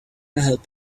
help